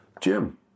Jim